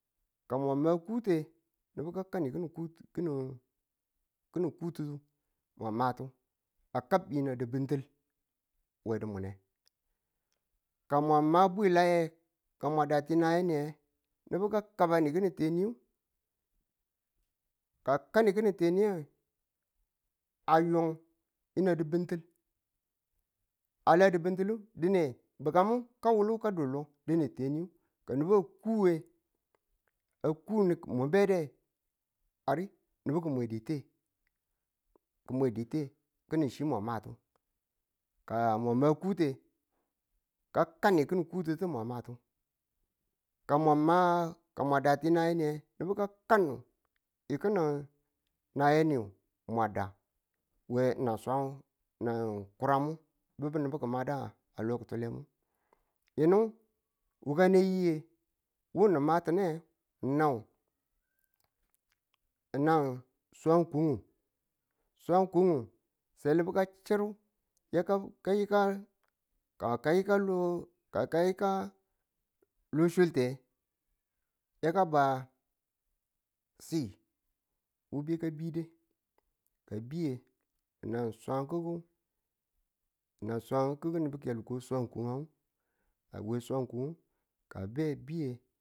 ka mama kute, nubu ka kanu ki̱nin ki̱nin kutu mwa matu a kab yi̱nang di̱bintil we dumune ka mwa ma bwila ye ka mwa da ti naye ni nge nubu ka kabanu ki̱nin teyu ka a kanu ki̱nin teniyu, a yung yi̱nang di̱bintil a la di̱bintilu dine bi̱kamu kaa wulu ka du lo dineyu ka nubu a kune mu bede a ri nubu ki mwe di te ki̱ni chi mwan matu. ka ng ma kute, ka kani ki̱nin kutu mwan matu. ka mwa da ti naye niye nubu ka kanu ng ki̱nin nayeni mwan da nang kurangmu bi̱bu nubu ki̱madu we lo ki̱tule nu. Yinu wuka ne yige wu ni matine nau nau swangu kumung swangu kumung, selibu ka chiru ka yika lo ka ka yika lo sunte yaka ba si wo be ka be de ka a bi, nan swangugu nan swangugu nubu ki̱yalu ko swang kumung ka a be a biye